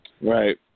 Right